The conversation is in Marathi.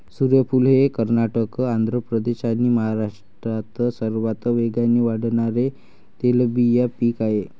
सूर्यफूल हे कर्नाटक, आंध्र प्रदेश आणि महाराष्ट्रात सर्वात वेगाने वाढणारे तेलबिया पीक आहे